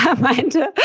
meinte